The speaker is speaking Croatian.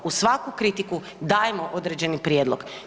Uz svaku kritiku dajemo određeni prijedlog.